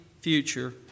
future